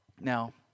Now